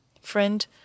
Friend